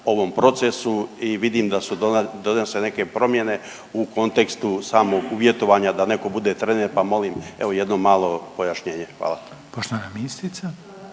ovom procesu i vidim da su, dodane su neke promjene u kontekstu samog uvjetovanja da netko bude trener pa molim evo jedno malo pojašnjenje. Hvala.